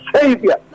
Savior